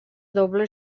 doble